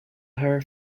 her